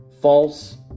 false